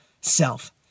self